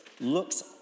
looks